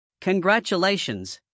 Congratulations